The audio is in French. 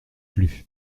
plus